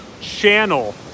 channel